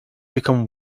become